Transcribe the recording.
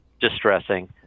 distressing